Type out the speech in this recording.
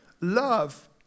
Love